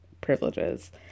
privileges